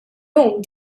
lum